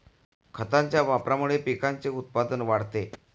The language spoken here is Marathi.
खतांच्या वापरामुळे पिकाचे उत्पादन वाढते